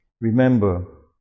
Remember